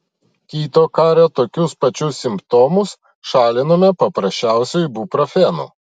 kito kario tokius pačius simptomus šalinome paprasčiausiu ibuprofenu